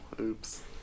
oops